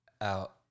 out